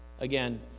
again